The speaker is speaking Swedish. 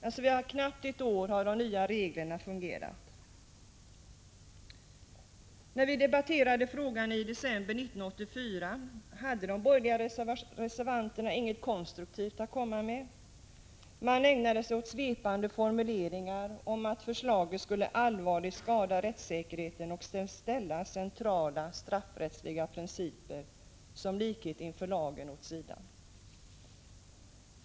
De nya reglerna har alltså fungerat under knappt ett år. När vi debatterade frågan i december 1984 hade de som då företrädde de borgerliga reservanterna inget konstruktivt att komma med utan ägnade sig åt att föra fram svepande formuleringar om att förslaget skulle allvarligt skada rättssäkerheten och ställa centrala straffrättsliga principer — som likhet inför lagen — åt sidan.